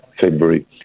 February